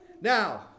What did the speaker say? Now